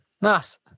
Nice